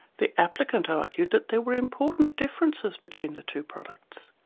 the applicant argued that there were important differences between the two products.